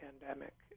pandemic